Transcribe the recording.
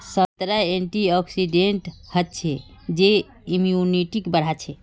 संतरात एंटीऑक्सीडेंट हचछे जे इम्यूनिटीक बढ़ाछे